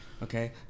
Okay